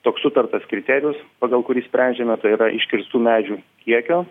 toks sutartas kriterijus pagal kurį sprendžiame tai yra iškirstų medžių kiekio